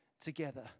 together